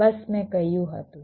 બસ મેં કહ્યું હતું